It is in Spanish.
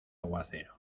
aguacero